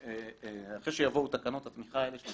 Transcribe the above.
אחרי שיבואו תקנות התמיכה האלה,